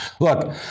Look